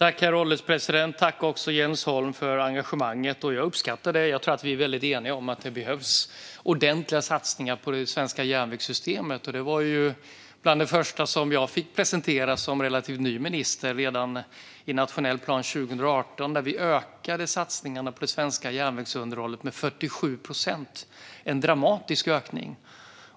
Herr ålderspresident! Tack, Jens Holm, för engagemanget! Jag uppskattar det. Jag tror att vi är väldigt eniga om att det behövs ordentliga satsningar på det svenska järnvägssystemet. Det var också bland det första jag fick presentera som relativt ny minister redan i nationell plan 2018, där vi ökade satsningarna på det svenska järnvägsunderhållet med 47 procent - en dramatisk ökning.